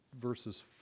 verses